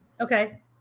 Okay